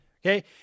Okay